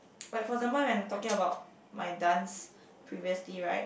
like for example when talking about my dance previously right